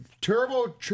turbo